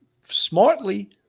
smartly